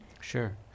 Sure